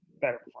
better